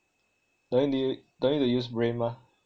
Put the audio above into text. don't n~ don't need to use brain mah